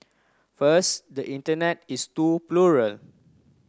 first the Internet is too plural